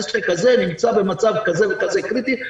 העסק הזה נמצא במצב כזה וכזה קריטי,